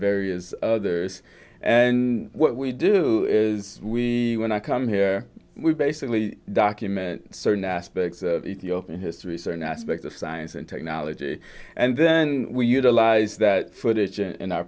various others and what we do is we when i come here we basically document certain aspects of history certain aspects of science and technology and then we utilize that footage and